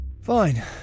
Fine